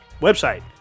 website